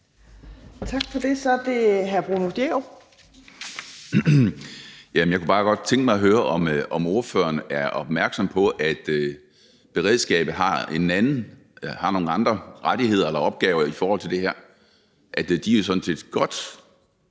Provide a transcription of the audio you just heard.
Jerup. Kl. 13:32 Bruno Jerup (EL): Jeg kunne bare godt tænke mig at høre, om ordføreren er opmærksom på, at beredskabet har nogle andre rettigheder eller opgaver i forhold til det her, og at de sådan set godt